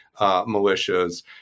militias